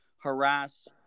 harass